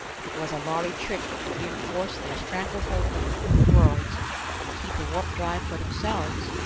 if it was a lhari trick to reinforce their stranglehold on the human worlds and keep the warp-drive for themselves,